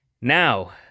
Now